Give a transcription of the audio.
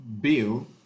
Bill